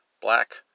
Black